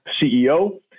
CEO